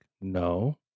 no